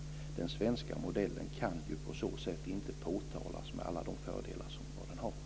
Den svenska modellen kan på så sätt inte påtalas med alla de fördelar som den har.